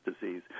disease